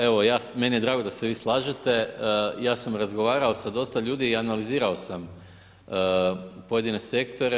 Evo meni je drago da se vi slažete, ja sam razgovarao sa dosta ljudi i analizirao sam pojedine sektore.